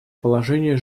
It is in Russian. положения